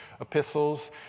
epistles